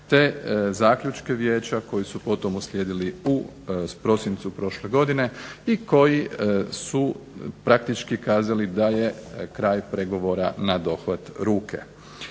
te zaključke vijeća koji su potom uslijedili u prosincu prošle godine i koji su praktički kazali da je kraj pregovora na dohvat ruke.